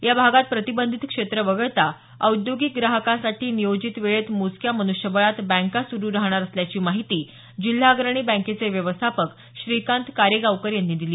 या भागात प्रतिबंधित क्षेत्र वगळता औद्योगिक ग्राहकांसाठी नियोजित वेळेत मोजक्या मनुष्यबळात बँका सुरु राहणार असल्याची माहिती जिल्हा अग्रणी बँकेचे व्यवस्थापक श्रीकांत कारेगावकर यांनी दिली